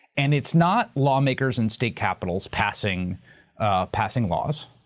and it's not law makers and state capitals passing ah passing laws,